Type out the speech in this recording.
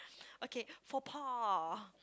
okay faux pas